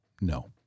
No